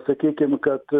sakykim kad